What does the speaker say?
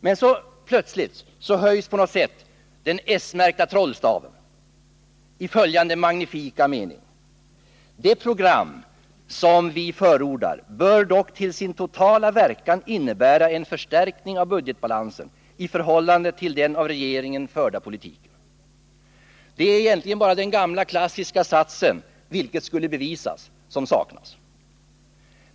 Men så plötsligt höjs på något sätt den s-märkta trollstaven i följande magnifika mening i reservanternas förslag till skrivning: ”Det program som utskottet förordar bör dock till sin totala verkan innebära en förstärkning av budgetbalansen i förhållande till den av regeringen förda politiken.” Det är egentligen bara den gamla klassiska satsen ”vilket skulle bevisas” som saknas.